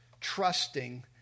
trusting